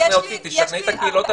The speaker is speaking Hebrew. כן לפתור בעיות, כן להגיע להסכמות.